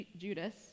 Judas